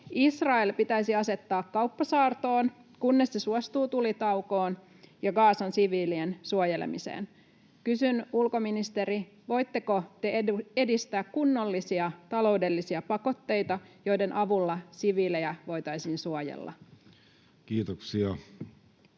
Israel pitäisi asettaa kauppasaartoon, kunnes se suostuu tulitaukoon ja Gazan siviilien suojelemiseen. Kysyn, ulkoministeri: voitteko te edistää kunnollisia taloudellisia pakotteita, joiden avulla siviilejä voitaisiin suojella? Kiitoksia.